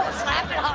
slap it